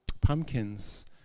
pumpkins